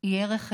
היא ערך עליון.